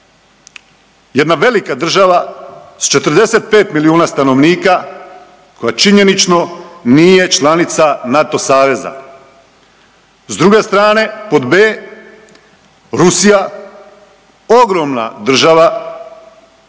jedna velika država s 45 milijuna stanovnika koja činjenično nije članica NATO saveza. S druge strane pod b) Rusija, ogromna država,